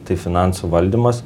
tai finansų valdymas